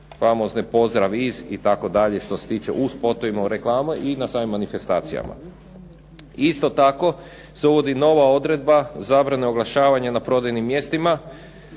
famozne "pozdrav iz", itd. što se tiče u spotovima i reklamama i na samim manifestacijama. Isto tako se uvodi nova odredba zabrane oglašavanja na prodajnim mjestima,